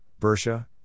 Bersha